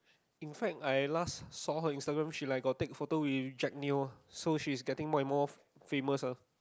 in fact I last saw her Instagram she like got take photo with Jack-Neo so she's getting more and more famous ah